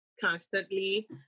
constantly